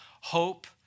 hope